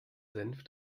senf